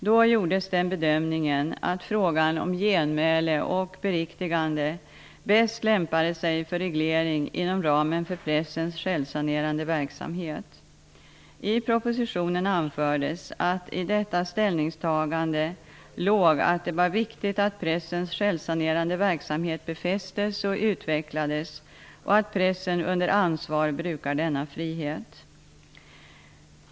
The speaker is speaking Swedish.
Då gjordes den bedömningen att frågan om genmäle och beriktigande bäst lämpade sig för reglering inom ramen för pressens självsanerande verksamhet. I propositionen anfördes att i detta ställningstagande låg att det var viktigt att pressens självsanerande verksamhet befästes och utvecklades och att pressen under ansvar brukar denna frihet.